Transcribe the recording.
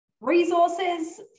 resources